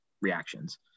reactions